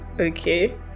Okay